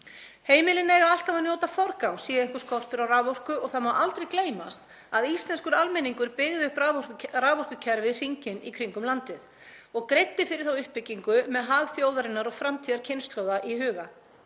Heimilin eiga alltaf að njóta forgangs sé einhver skortur á raforku og það má aldrei gleymast að íslenskur almenningur byggði upp raforkukerfið hringinn í kringum landið og greiddi fyrir þá uppbyggingu með hag þjóðarinnar og framtíðarkynslóða í huga.